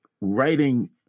writing